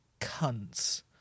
cunts